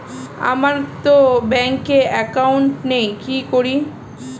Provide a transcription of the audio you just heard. আমারতো ব্যাংকে একাউন্ট নেই কি করি?